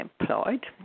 employed